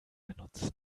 benutzen